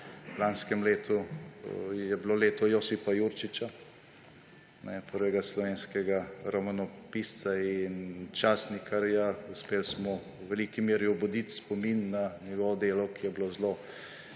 Lansko leto je bilo leto Josipa Jurčiča, prvega slovenskega romanopisca in časnikarja. Uspeli smo v veliki meri obuditi spomin na njegovo delo, ki je bilo zelo